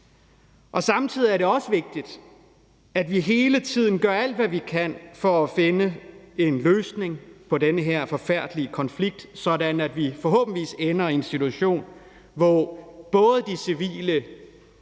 Samtidig er det også vigtigt, at vi hele tiden gør alt, hvad vi kan, for at finde en løsning på den her forfærdelige konflikt, sådan at vi forhåbentligvis ender i en situation, hvor både de civile